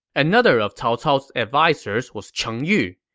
another of cao cao's advisers was cheng yu.